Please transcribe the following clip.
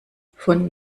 von